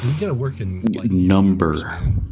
number